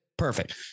Perfect